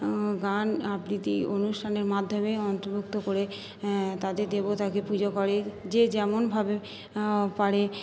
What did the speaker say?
গান আবৃত্তি অনুষ্ঠানের মাধ্যমে অন্তর্ভুক্ত করে তাদের দেবতাকে পুজো করে যে যেমনভাবে পারে